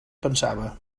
pensava